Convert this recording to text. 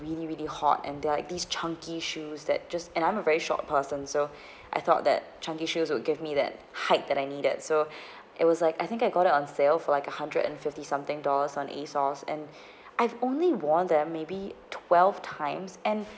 really really hot and they're like these chunky shoes that just and I'm a very short person so I thought that chunky shoes would give me that height that I needed so it was like I think I got it on sale for like a hundred and fifty something dollars on a source and I've only worn that maybe twelve times and